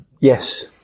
Yes